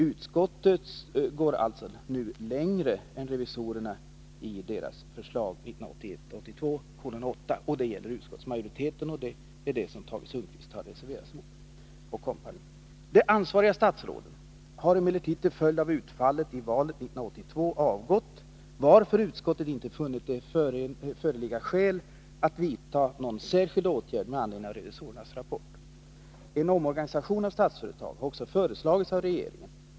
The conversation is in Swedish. Utskottet går alltså nu längre än revisorerna i förslaget 1981/82:8. De ansvariga statsråden har emellertid till följd av utfallet i valet 1982 avgått, varför utskottet inte funnit det föreligga skäl att vidta någon särskild åtgärd med anledning av revisorernas rapport. En omorganisation av Statsföretag har också föreslagits av regeringen.